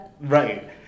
Right